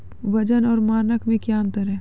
वजन और मानक मे क्या अंतर हैं?